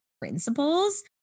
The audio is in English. Principles